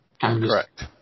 correct